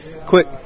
quick